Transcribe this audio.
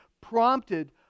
prompted